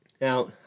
Now